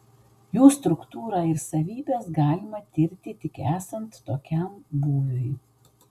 jų struktūrą ir savybes galima tirti tik esant tokiam būviui